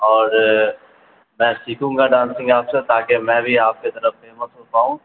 اور میں سیکھوں گا ڈانسنگ آپ سے تاکہ میں بھی آپ کی طرح فیمس ہو پاؤں